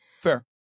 Fair